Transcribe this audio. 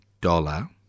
dollar